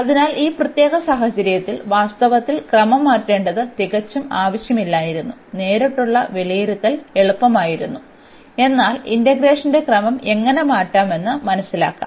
അതിനാൽ ഈ പ്രത്യേക സാഹചര്യത്തിൽ വാസ്തവത്തിൽ ക്രമം മാറ്റേണ്ടത് തികച്ചും ആവശ്യമില്ലായിരുന്നു നേരിട്ടുള്ള വിലയിരുത്തൽ എളുപ്പമാകുമായിരുന്നു എന്നാൽ ഇന്റഗ്രേഷന്റെ ക്രമം എങ്ങനെ മാറ്റാമെന്ന് മനസിലാക്കാം